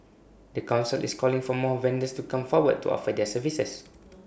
the Council is calling for more vendors to come forward to offer their services